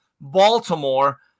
Baltimore